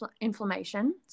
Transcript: inflammation